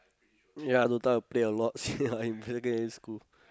ya Dota play a lot yeah in secondary school